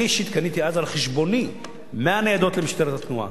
אני אישית קניתי אז על חשבוני 100 ניידות למשטרת התנועה.